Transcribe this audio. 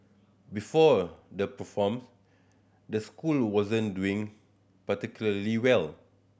before the perform the school wasn't doing particularly well